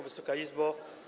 Wysoka Izbo!